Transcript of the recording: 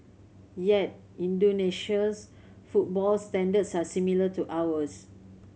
yet Indonesia's football standards are similar to ours